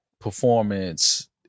performance